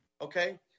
Okay